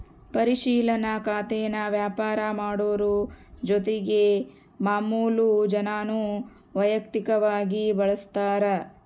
ಪರಿಶಿಲನಾ ಖಾತೇನಾ ವ್ಯಾಪಾರ ಮಾಡೋರು ಜೊತಿಗೆ ಮಾಮುಲು ಜನಾನೂ ವೈಯಕ್ತಕವಾಗಿ ಬಳುಸ್ತಾರ